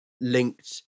linked